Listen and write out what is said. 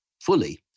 fully